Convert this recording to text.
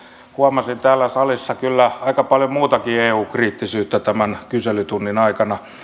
huomasin täällä salissa kyllä aika paljon muutakin eu kriittisyyttä tämän kyselytunnin aikana